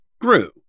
grew